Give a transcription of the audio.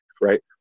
right